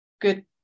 good